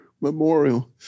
memorial